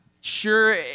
sure